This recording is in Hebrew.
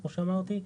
כמו שאמרתי.